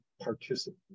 participate